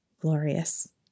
glorious